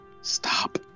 Stop